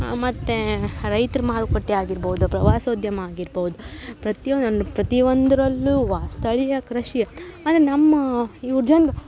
ಮತ್ತು ರೈತ್ರ ಮಾರುಕಟ್ಟೆ ಆಗಿರ್ಬೌದು ಪ್ರವಾಸೋದ್ಯಮ ಆಗಿರ್ಬೌದು ಪ್ರತಿಯೊಂದನ್ನು ಪ್ರತಿಯೊಂದ್ರಲ್ಲೂ ಸ್ಥಳೀಯ ಕೃಷಿ ಅಂದ್ರೆ ನಮ್ಮ ಯುವ ಜನರು